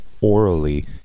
orally